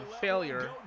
failure